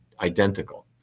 identical